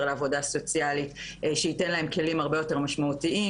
לעבודה סוציאלית שייתן להן כלים הרבה יותר משמעותיים.